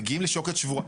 מגיעים לשוקת שבורה.